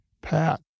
Pat